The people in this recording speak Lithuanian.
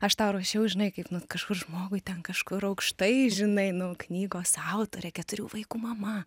aš tau rašiau žinai kaip kažkur žmogui ten kažkur aukštai žinai nu knygos autorė keturių vaikų mama